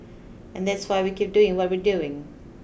and that's why we keep doing what we're doing